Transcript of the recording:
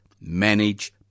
manage